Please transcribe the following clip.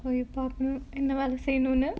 !aiyo! பாக்கனு இந்த வேல செய்னுனு:paakkanu intha vela seynunu